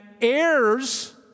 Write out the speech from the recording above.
heirs